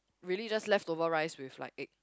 really just leftover rice with like egg